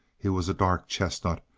he was a dark chestnut,